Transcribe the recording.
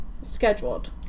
scheduled